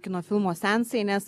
kino filmo seansai nes